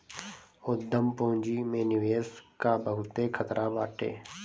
उद्यम पूंजी में निवेश कअ बहुते खतरा बाटे